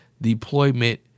deployment